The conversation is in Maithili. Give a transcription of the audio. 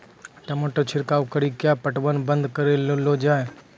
टमाटर छिड़काव कड़ी क्या पटवन बंद करऽ लो जाए?